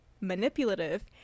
manipulative